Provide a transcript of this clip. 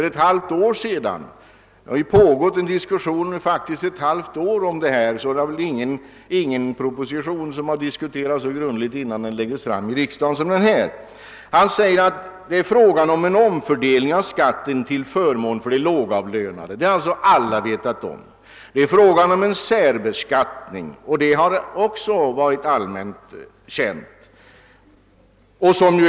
Det har alltså faktiskt pågått en diskussion om saken under ett halvt år, och knappast någon annan proposition har debatterats lika grundligt innan den lagts fram för riksdagen. Finansministern har angivit att det är fråga om en omfördelning av skatten till förmån för de lågavlönade. Det har alla vetat om. Han har vidare sagt att det är fråga om införande av en särbeskattning, innebärande lika hög skatt för skattebetalare oavsett kön och civilstånd.